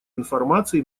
информации